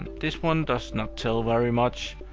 and this one does not tell very much.